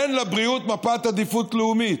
אין לבריאות מפת עדיפות לאומית.